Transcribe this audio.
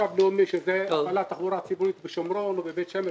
שזה הפעלת תחבורה ציבורית בשומרון או בבית שמש,